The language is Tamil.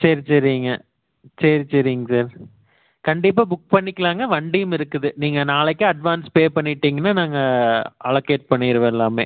சரி சரிங்க சரி சரிங்க சார் கண்டிப்பாக புக் பண்ணிக்கலாங்க வண்டியும் இருக்குது நீங்கள் நாளைக்கு அட்வான்ஸ் பே பண்ணிட்டிங்கன்னா நாங்கள் அலகேட் பண்ணிடுவேன் எல்லாம்